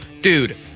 dude